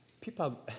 people